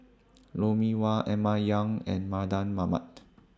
Lou Mee Wah Emma Yong and Mardan Mamat